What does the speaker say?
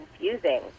confusing